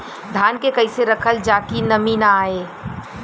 धान के कइसे रखल जाकि नमी न आए?